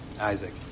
Isaac